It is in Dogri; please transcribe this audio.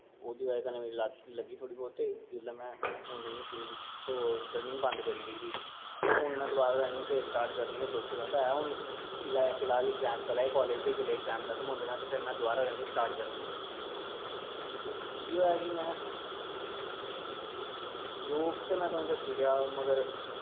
ओह्दी बजह कन्नै लत्त लग्गी थोह्ड़ी बौह्त ते जिसलै में हून रनिंग शुरु कीती तो रनिंग बंंद करी ओड़ी दी ही ते हून फेर में रनिंग स्टार्ट करनी ऐ सोचे दा ते है फिलहाल अग्जैम चला'रदे कालेज दे ते जिसलै खत्म होंदे न ते फिर में द्वारा स्टार्ट करनी ऐ इ'यै कि में जो ते में तुसें गी दस्सी ओड़ेआ